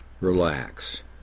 Relax